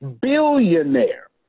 Billionaire